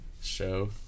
show